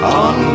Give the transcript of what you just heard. on